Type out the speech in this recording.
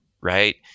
right